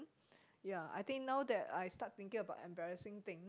ya I think now that I start thinking about embarrassing thing